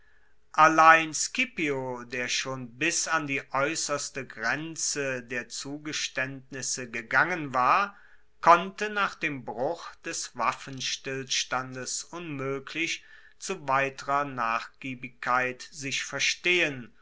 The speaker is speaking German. allein scipio der schon bis an die aeusserste grenze der zugestaendnisse gegangen war konnte nach dem bruch des waffenstillstandes unmoeglich zu weiterer nachgiebigkeit sich verstehen